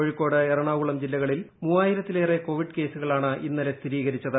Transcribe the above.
കോഴിക്കോട് എറണാകുളം ജില്ലകളിൽ മൂവ്വായിരത്തിലേറെ കോവിഡ് കേസുകളാണ് ഇന്നലെ സ്ഥിരീകരിച്ചത്